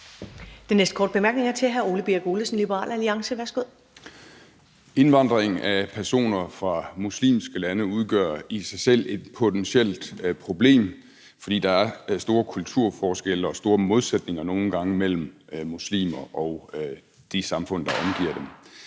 Den næste korte bemærkning er til hr. Ole Birk Olesen, Liberal Alliance. Værsgo. Kl. 10:25 Ole Birk Olesen (LA): Indvandring af personer fra muslimske lande udgør i sig selv et potentielt problem, fordi der nogle gange er store kulturforskelle og store modsætninger mellem muslimer og de samfund, der omgiver dem.